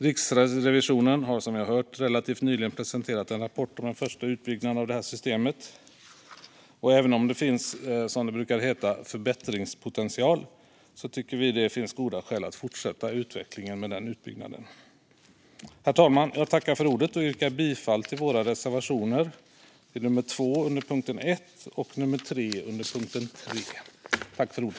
Riksrevisionen har relativt nyligen presenterat en rapport om en första utbyggnad av systemet, och även om det finns, som det brukar heta, förbättringspotential tycker vi att det finns goda skäl att fortsätta utvecklingen av utbyggnaden. Herr talman! Jag tackar för ordet, och jag yrkar bifall till våra reservationer nummer 2 under punkt 1 och nummer 3 under punkt 3.